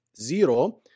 zero